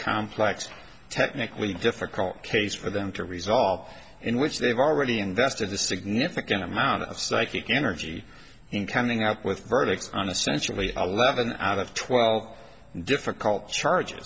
complex technically difficult case for them to resolve in which they've already invested a significant amount of psychic energy in coming up with verdicts on essentially a leaven out of twelve difficult charge